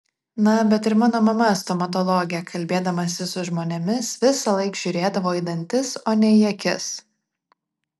na bet ir mano mama stomatologė kalbėdamasi su žmonėmis visąlaik žiūrėdavo į dantis o ne į akis